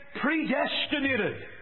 predestinated